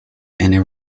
inner